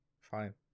fine